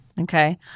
okay